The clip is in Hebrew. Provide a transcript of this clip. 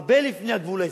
הרבה לפני הגבול הישראלי,